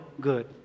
good